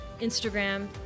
Instagram